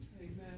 Amen